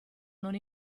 non